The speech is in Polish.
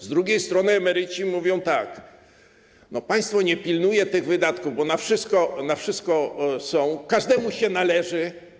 Z drugiej strony emeryci mówią tak: Państwo nie pilnuje tych wydatków, bo na wszystko jest, każdemu się należy.